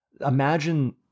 Imagine